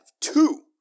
two